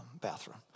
bathroom